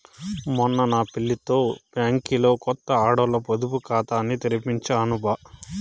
మొన్న నా పెళ్లితో బ్యాంకిలో కొత్త ఆడోల్ల పొదుపు కాతాని తెరిపించినాను బా